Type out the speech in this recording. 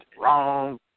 wrong